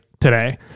today